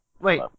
Wait